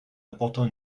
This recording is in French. apportant